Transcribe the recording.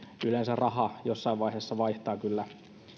yleensä raha jossain vaiheessa vaihtaa kyllä